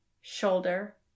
shoulder